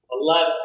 eleven